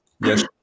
Yes